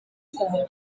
rwanda